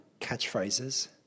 catchphrases